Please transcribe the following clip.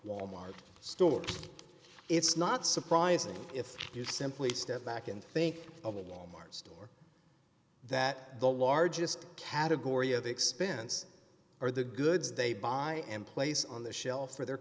wal mart stores it's not surprising if you simply step back and think of a wal mart store that the largest category of expense or the goods they buy and place on the shelf for their